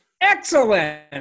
Excellent